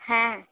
হ্যাঁ